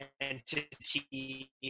entity